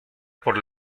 por